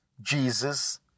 Jesus